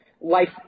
life